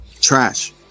trash